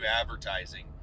advertising